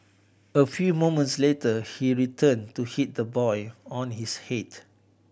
a few moments later he returned to hit the boy on his head